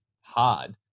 hard